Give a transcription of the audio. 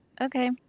okay